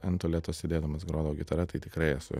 ant tualeto sėdėdamas grodavo gitara tai tikrai esu